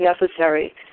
necessary